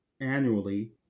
annually